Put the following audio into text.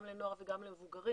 גם לנוער וגם למבוגרים.